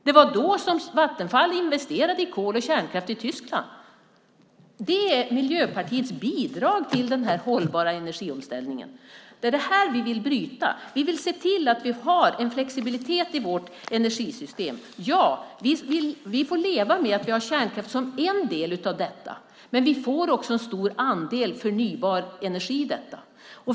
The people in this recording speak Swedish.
Det var då Vattenfall investerade i kol och kärnkraft i Tyskland. Det är Miljöpartiets bidrag till den hållbara energiomställningen. Det är det här vi vill bryta. Vi vill se till att vi har en flexibilitet i vårt energisystem. Ja, vi får leva med att vi har kärnkraften som en del av detta. Men vi får också en stor andel förnybar energi i detta.